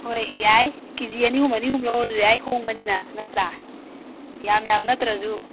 ꯍꯣꯏ ꯌꯥꯏ ꯀꯦꯖꯤ ꯑꯅꯤ ꯑꯍꯨꯝ ꯑꯅꯤ ꯑꯍꯨꯝ ꯂꯧꯔꯁꯨ ꯌꯥꯏ ꯍꯣꯡꯕꯅꯤꯅ ꯅꯠꯇ꯭ꯔꯥ ꯌꯥꯝ ꯌꯥꯝ ꯅꯠꯇ꯭ꯔꯁꯨ